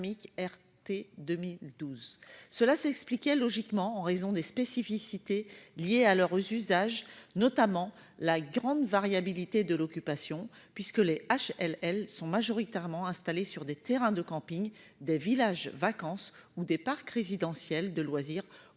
Cela s'expliquait logiquement en raison des spécificités liées à leurs usages, notamment la grande variabilité de l'occupation, puisque les HLL sont majoritairement installées sur des terrains de camping, des villages-vacances ou des parcs résidentiels de loisirs occupés